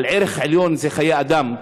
על ערך עליון שהוא חיי אדם,